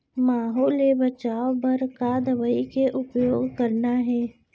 माहो ले बचाओ बर का दवई के उपयोग करना हे?